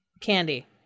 candy